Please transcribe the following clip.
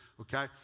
okay